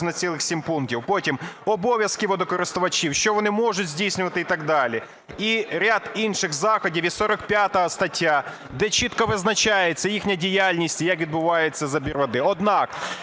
на цілих 7 пунктів. Потім - обов'язки водокористувачів, що вони можуть здійснювати і так далі. І ряд інших заходів. І 45 стаття, де чітко визнається їхня діяльність, як відбувається забір води.